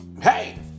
Hey